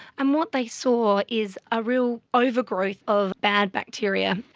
and what they saw is a real overgrowth of bad bacteria,